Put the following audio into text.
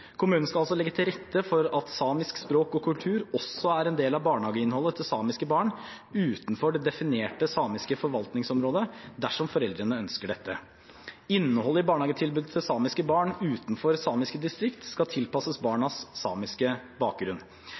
Kommunen skal altså legge til rette for at samisk språk og kultur også er en del av barnehageinnholdet til samiske barn utenfor det definerte samiske forvaltningsområdet, dersom foreldrene ønsker dette. Innholdet i barnehagetilbudet til samiske barn utenfor samiske distrikt skal tilpasses barnas samiske bakgrunn.